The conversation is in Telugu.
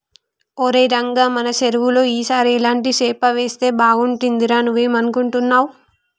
ఒరై రంగ మన సెరువులో ఈ సారి ఎలాంటి సేప వేస్తే బాగుంటుందిరా నువ్వేం అనుకుంటున్నావ్